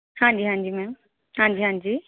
ਹਾਂਜੀ ਹਾਂਜੀ ਮੈਮ ਹਾਂਜੀ ਹਾਂਜੀ